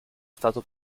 stato